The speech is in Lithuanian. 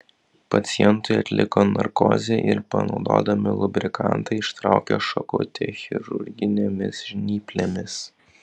pacientui atliko narkozę ir panaudodami lubrikantą ištraukė šakutę chirurginėmis žnyplėmis